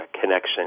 connection